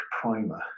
Primer